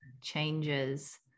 changes